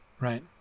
right